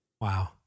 Wow